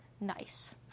nice